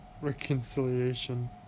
reconciliation